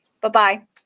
Bye-bye